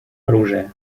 оружия